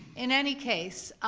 in any case,